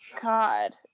god